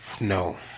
No